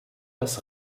das